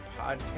podcast